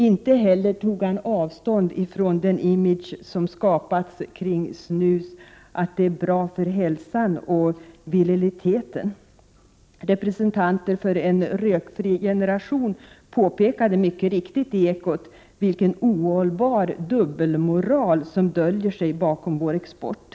Inte heller tog han avstånd från den image som skapats kring snus, att det är bra för hälsan och viriliteten. Representanten för En rökfri generation påpekade mycket riktigt i ekot vilken ohållbar dubbelmoral som döljer sig bakom vår export.